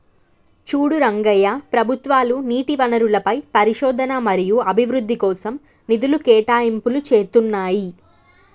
చూడు రంగయ్య ప్రభుత్వాలు నీటి వనరులపై పరిశోధన మరియు అభివృద్ధి కోసం నిధులు కేటాయింపులు చేతున్నాయి